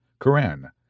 Quran